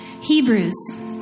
Hebrews